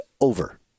over